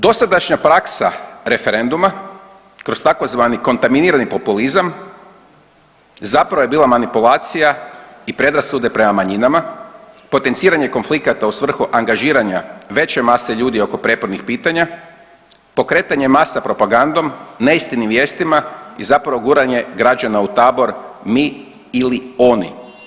Dosadašnja praksa referenduma kroz tzv. kontaminirani populizam zapravo je bila manipulacija i predrasude prema manjinama, potenciranje konflikata u svrhu angažiranja veće mase ljudi oko prijepornih pitanja, pokretanje masa propagandom, neistinim vijestima i zapravo guranje građana u tabor mi ili oni.